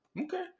Okay